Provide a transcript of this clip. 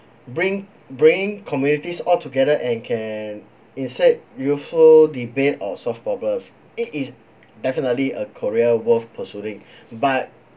bring bring communities all together and can instead useful debate or solve problems it is definitely a career worth pursuing but